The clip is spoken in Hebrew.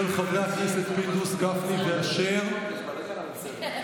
של חברי הכנסת פינדרוס, גפני ואשר, הצבעה.